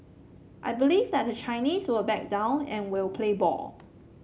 I believe that the Chinese will back down and will play ball